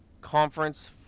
conference